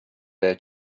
their